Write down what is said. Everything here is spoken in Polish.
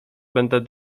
będę